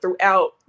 throughout